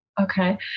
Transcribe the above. Okay